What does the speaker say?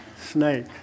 snake